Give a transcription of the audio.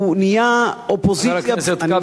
הוא נהיה אופוזיציה, חבר הכנסת כבל.